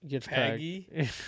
Peggy